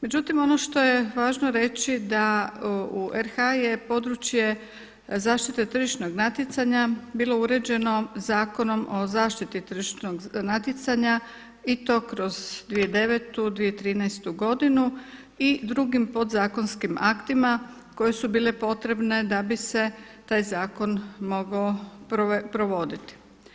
Međutim, ono što je važno reći da u RH je područje zaštite tržišnog natjecanja bilo uređenom Zakonom o zaštiti tržišnog natjecanja i to kroz 2009. i 2013. godinu i drugim podzakonskim aktima koje su bile potrebne da bi se taj zakon mogao provoditi.